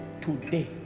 today